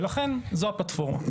לכן זו הפלטפורמה.